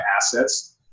assets